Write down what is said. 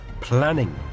planning